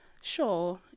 Sure